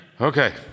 Okay